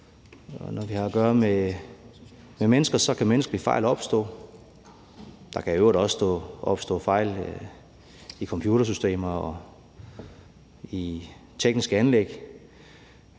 når vi har at gøre med mennesker, så kan menneskelige fejl opstå. Der kan i øvrigt også opstå fejl i computersystemer og i tekniske anlæg.